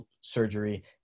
surgery